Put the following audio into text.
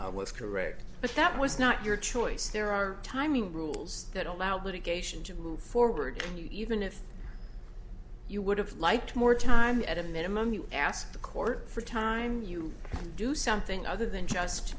saw was correct but that was not your choice there are timing rules that allow litigation to move forward even if you would have liked more time at a minimum you ask the court for time you do something other than just